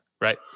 right